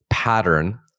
Pattern